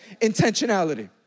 Intentionality